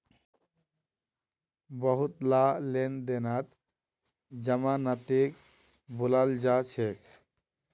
बहुतला लेन देनत जमानतीक बुलाल जा छेक